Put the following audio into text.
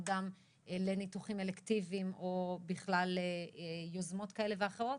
דם לניתוחים אלקטיביים או יוזמות כאלה ואחרות.